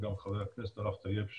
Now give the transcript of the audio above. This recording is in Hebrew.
וגם חבר הכנסת הרב טייב,